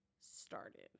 started